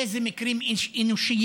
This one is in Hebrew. איזה מקרים אנושיים,